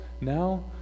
Now